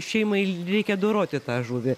šeimai reikia doroti tą žuvį